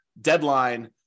deadline